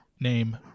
name